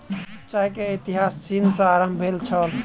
चाय के इतिहास चीन सॅ आरम्भ भेल छल